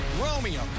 Romeo